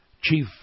chief